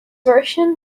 version